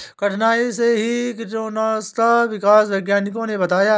chitin से ही chitosan का विकास वैज्ञानिकों ने बताया है